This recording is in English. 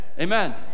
Amen